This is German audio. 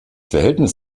verhältnis